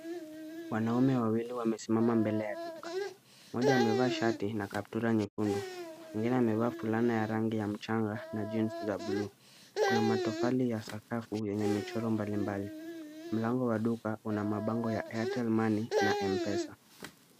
Wanaume wawili wamesimama mbele ya duka. Mmoja amevaa shati na kaptura nyekundu, mwingine amevaa fulana ya rangi ya mchanga na jeans za buluu. Kuna matofali ya sakafu yenye michoro mbalimbali. Mlango wa duka, una mabango ya AirtelMoney na M-pesa.